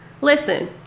listen